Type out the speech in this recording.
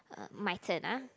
uh my turn ah